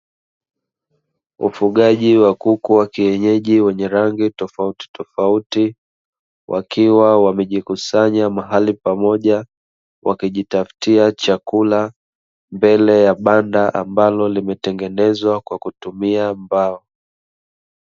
Ufugaji wa kuku wa kienyeji wenye rangi tofauti tofauti wakiwa wamejikusanya mahali pamoja wakijitafutia chakula mahari pa banda ambalo limetengezwa kwa kutumia mbao.